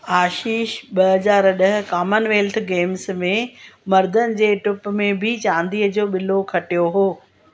आशीष ॿ हज़ार ॾह खां कॉमनवैल्थ गेम्स में मर्दनि जे टूप में बि चांदीअ जो ॿिलो खटियो हुओ